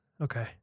okay